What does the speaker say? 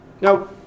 Now